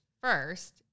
first